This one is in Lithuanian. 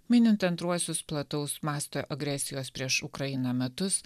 minint antruosius plataus masto agresijos prieš ukrainą metus